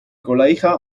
collega